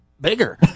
bigger